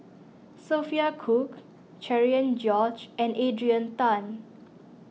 Sophia Cooke Cherian George and Adrian Tan